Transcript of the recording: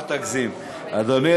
אדוני.